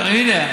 הינה,